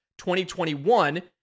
2021